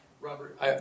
Robert